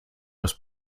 das